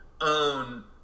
own